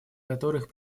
которых